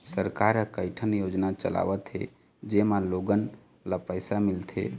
सरकार ह कइठन योजना चलावत हे जेमा लोगन ल पइसा मिलथे